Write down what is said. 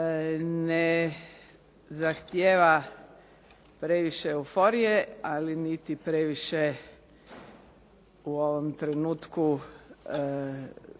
Ne zahtjeva previše euforije, ali niti previše u ovom trenutku